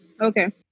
okay